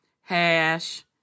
hash